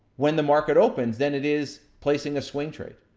when the market opens, than it is, placing a swing trade.